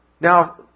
Now